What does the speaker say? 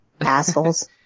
Assholes